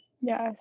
Yes